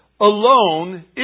Alone